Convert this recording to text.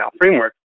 framework